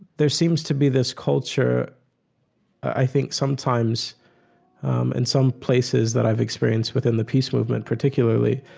there seems to be this culture i think sometimes in some places that i've experienced within the peace movement, particularly,